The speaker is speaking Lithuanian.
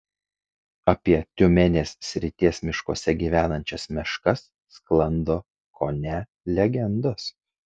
apie tiumenės srities miškuose gyvenančias meškas sklando kone legendos